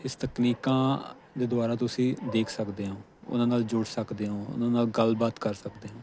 ਇਸ ਤਕਨੀਕਾਂ ਦੇ ਦੁਆਰਾ ਤੁਸੀਂ ਦੇਖ ਸਕਦੇ ਹੋ ਉਹਨਾਂ ਨਾਲ ਜੁੜ ਸਕਦੇ ਹੋ ਉਹਨਾਂ ਨਾਲ ਗੱਲਬਾਤ ਕਰ ਸਕਦੇ ਹੋ